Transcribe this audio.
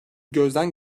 gözden